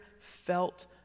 felt